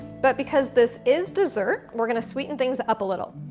but because this is dessert, we're gonna sweeten things up a little.